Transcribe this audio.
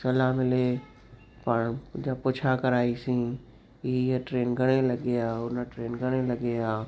सलाह मिले पाणि पुछा कराइसीं हीअं ट्रेन घणे लॻे आहे हूअ ट्रेन लॻे आहे